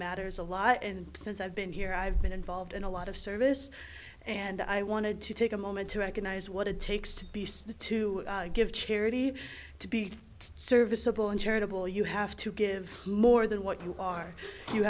matters a lot and since i've been here i've been involved in a lot of service and i wanted to take a moment to recognize what it takes to be so the to give charity to be serviceable and charitable you have to give more than what you are you